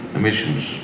emissions